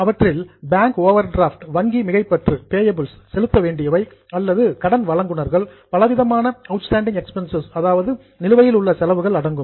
அவற்றில் bank overdraft வங்கி மிகைப்பற்று பேயபில்ஸ் செலுத்த வேண்டியவை அல்லது கிரெடிட்டார்ஸ் கடன் வழங்குநர்கள் பலவிதமான அவுட்ஸ்டாண்டிங் எக்ஸ்பென்ஸ் நிலுவையிலுள்ள செலவுகள் அடங்கும்